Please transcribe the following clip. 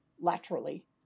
laterally